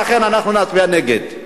ולכן אנחנו נצביע נגד.